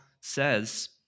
says